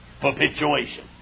perpetuation